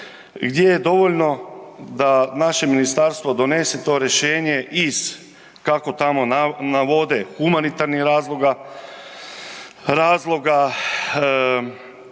gdje je dovoljno da naše ministarstvo donese to rješenje iz kako tamo navode humanitarnih razloga, razloga